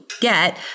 get